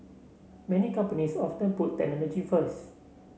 many companies often put technology first